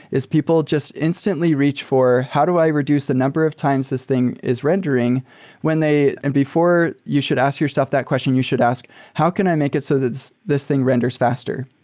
is people just instantly reach for how do i reduce the number of times this thing is rendering when they and before you should ask yourself that question, you should ask how can i make it so that this thing renders faster?